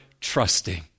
trusting